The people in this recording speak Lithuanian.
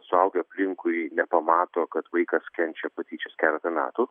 suaugę aplinkui nepamato kad vaikas kenčia patyčias keletą metų